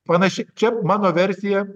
panaši čia mano versija